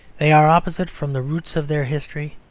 they are opposite from the roots of their history,